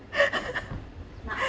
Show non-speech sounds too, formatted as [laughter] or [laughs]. [laughs]